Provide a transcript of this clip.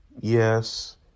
Yes